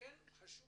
לכן חשוב